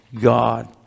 God